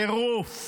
טירוף.